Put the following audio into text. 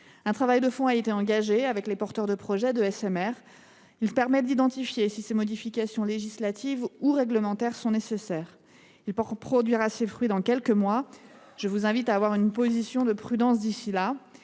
Un travail de fond a été engagé avec les porteurs de projet de SMR. Il permet d’identifier si ces modifications législatives ou réglementaires sont nécessaires. Il pourra produire ses fruits dans quelques mois. Je vous invite à avoir une position de prudence d’ici là.